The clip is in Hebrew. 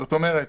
זאת אומרת,